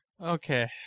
Okay